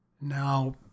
Now